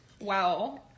Wow